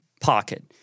pocket